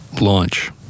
launch